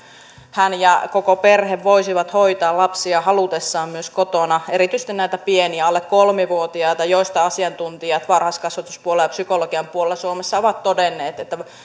hän ja koko perhe voisivat hoitaa lapsia halutessaan myös kotona erityisesti näitä pieniä alle kolme vuotiaita joista asiantuntijat varhaiskasvatuspuolella ja psykologian puolella suomessa ovat todenneet että